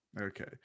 Okay